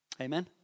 Amen